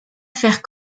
faire